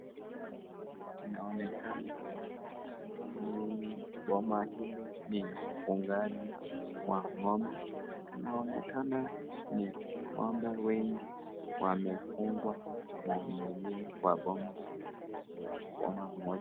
Inaonekana mwenye boma hili ni mfungaji wa ng'ombe, inaonekana ni ng'ombe wengi wamefungwa na mwenyewe kwa boma, boma moja.